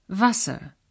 Wasser